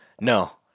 No